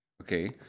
okay